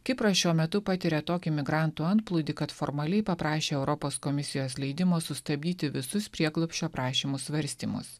kipras šiuo metu patiria tokį migrantų antplūdį kad formaliai paprašė europos komisijos leidimo sustabdyti visus prieglobsčio prašymų svarstymus